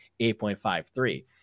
8.53